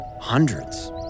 Hundreds